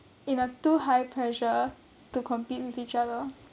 in a too high pressure to compete with each other